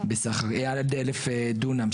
עד 1,000 דונם,